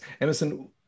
Emerson